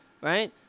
Right